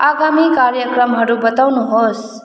आगाामी कार्यक्रमहरू बताउनुहोस्